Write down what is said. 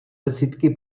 desítky